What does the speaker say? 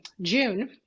june